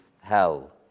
hell